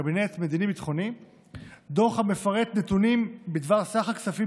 המדיני-ביטחוני דוח המפרט נתונים בדבר סך הכספים